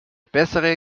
bessere